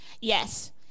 yes